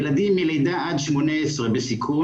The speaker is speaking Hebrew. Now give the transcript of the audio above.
ילדים מלידה עד 18 בסיכון,